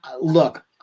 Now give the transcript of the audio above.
Look